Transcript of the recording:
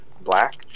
black